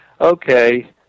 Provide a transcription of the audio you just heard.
okay